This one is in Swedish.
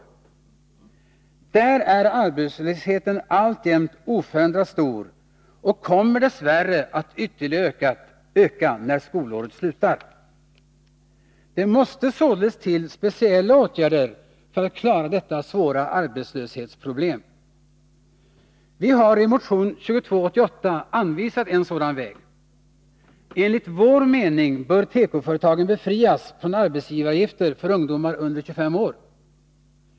Bland dem är arbetslösheten alltjämt oförändrat stor och kommer dess värre att ytterligare öka när skolåret slutar. Det måste således till speciella åtgärder för att detta svåra arbetslöshetsproblem skall klaras. Vi har i motion 2288 anvisat en sådan väg. Enligt vår mening bör tekoföretagen befrias från arbetsgivaravgifter för ungdomar under 25 år.